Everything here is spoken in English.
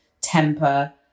temper